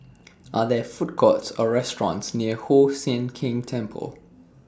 Are There Food Courts Or restaurants near Hoon Sian Keng Temple